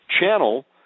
channel